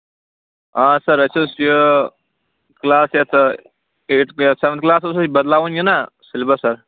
آ سر اَسہِ حظ چھِ کٔلاس یَتھ ایٹ کیٛاہ سیٚوَنتھ کٔلاسس نِش بدلاوُن یہِ نا سیلبَس حظ